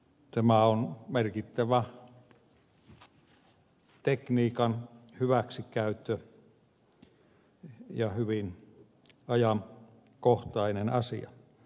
tämä on merkittävä tekniikan hyväksikäyttö ja hyvin ajankohtainen asia